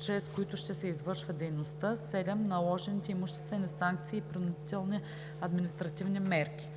чрез които ще се извършва дейността; 7. наложените имуществени санкции и принудителни административни мерки.“